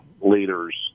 leaders